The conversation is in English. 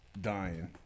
Dying